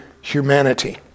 humanity